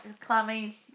clammy